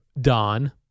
Don